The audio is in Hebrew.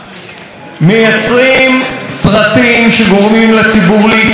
מייצרים סרטים שגורמים לציבור להתרגש,